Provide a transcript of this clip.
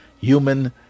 human